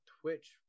Twitch